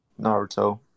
Naruto